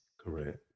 Correct